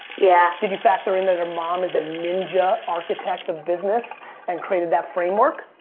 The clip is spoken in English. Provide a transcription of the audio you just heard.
yeah. did you factor in that her mom is a ninja architect of business and created that framework?